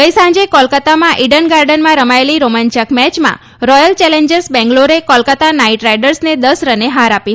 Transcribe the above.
ગઈ સાંજે કોલકત્તામાં ઈડન ગાર્ડનમાં રમાયેલી રોમાંચક મેચમાં રોયલ ચેનેન્જર્સ બેંગલોરે કોલકત્તા નાઈટ રાઈડર્સને દસ રને હાર આપી